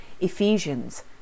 Ephesians